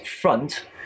front